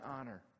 honor